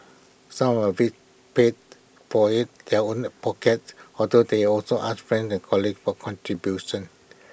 some of IT paid for IT their own pockets although they also ask friends and colleagues for contributions